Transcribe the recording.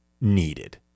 needed